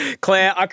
Claire